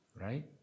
right